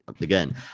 again